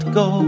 go